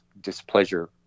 displeasure